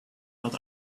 that